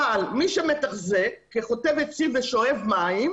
אבל מי שמתחזק כחוטב עצים ושואב מים,